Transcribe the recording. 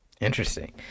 Interesting